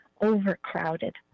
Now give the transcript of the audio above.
overcrowded